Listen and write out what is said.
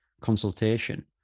consultation